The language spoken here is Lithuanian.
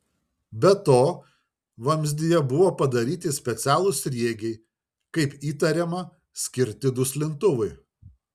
be to vamzdyje buvo padaryti specialūs sriegiai kaip įtariama skirti duslintuvui